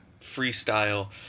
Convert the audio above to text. freestyle